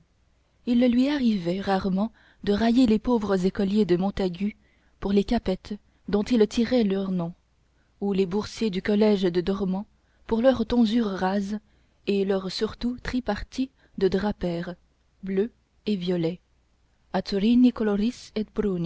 il lui arrivait rarement de railler les pauvres écoliers de montagu pour les cappettes dont ils tiraient leur nom ou les boursiers du collège de dormans pour leur tonsure rase et leur surtout tri parti de drap pers bleu et violet azurini coloris